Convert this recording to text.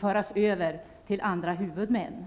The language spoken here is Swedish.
föras över till andra huvudmän.